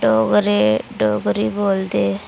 डोगरे डोगरी बोलदे